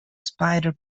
spider